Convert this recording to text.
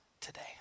today